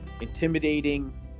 intimidating